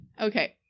Okay